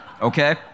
okay